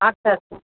আচ্ছা আচ্ছা